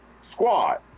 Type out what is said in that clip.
squad